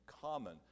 common